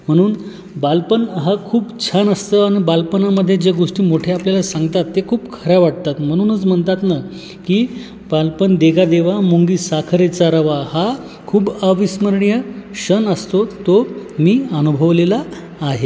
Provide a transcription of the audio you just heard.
म्हणून बालपण हा खूप छान असतं आणि बालपणामध्ये ज्या गोष्टी मोठे आपल्याला सांगतात ते खूप खऱ्या वाटतात म्हणूनच म्हणतात ना की बालपण देगा देवा मुंगी साखरेचा रवा हा खूप अविस्मरणीय क्षण असतो तो मी अनुभवलेला आहे